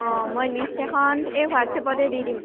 অঁ মই লিষ্ট এখন এই হোৱাটছএপতে দি দিম